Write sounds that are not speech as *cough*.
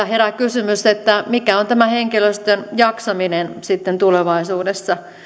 *unintelligible* herää kysymys mikä on henkilöstön jaksaminen sitten tulevaisuudessa